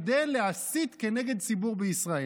כדי להסית כנגד ציבור בישראל.